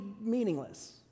meaningless